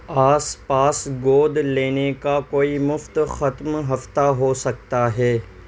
آس پاس گود لینے کاکوئی مفت ختم ہفتہ ہوسکتا ہے